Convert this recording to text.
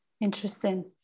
Interesting